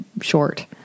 short